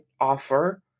offer